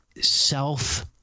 self